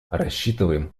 рассчитываем